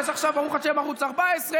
יש עכשיו ברוך השם ערוץ 14,